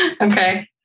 Okay